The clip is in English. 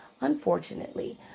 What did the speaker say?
unfortunately